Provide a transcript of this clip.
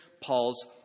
Paul's